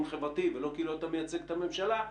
חברתי ולא כאילו אתה מייצג את הממשלה.